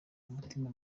umutima